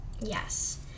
Yes